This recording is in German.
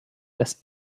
das